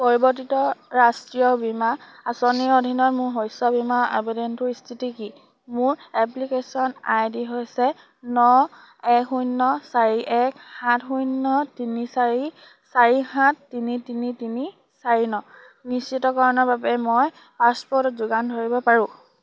পৰিৱৰ্তিত ৰাষ্ট্ৰীয় বীমা আঁচনিৰ অধীনত মোৰ শস্য বীমা আবেদনটোৰ স্থিতি কি মোৰ এপ্লিকেশ্যন আই ডি হৈছে ন এক শূন্য চাৰি এক সাত শূন্য তিনি চাৰি চাৰি সাত তিনি তিনি তিনি চাৰি ন নিশ্চিতকৰণৰ বাবে মই পাছপ'ৰ্টটো যোগান ধৰিব পাৰোঁ